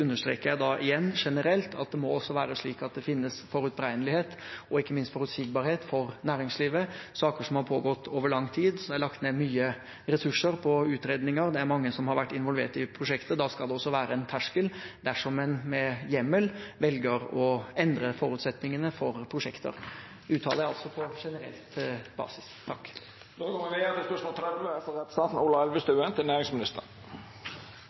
understreker jeg – da igjen generelt – at det også må være slik at det finnes forutberegnelighet og ikke minst forutsigbarhet for næringslivet. Når det er saker som har pågått over lang tid, det er lagt ned mye ressurser på utredninger, og det er mange som har vært involvert i prosjektet, skal det også være en terskel dersom en med hjemmel velger å endre forutsetningene for prosjekter. Det uttaler jeg altså på generell basis.